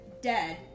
dead